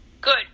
Good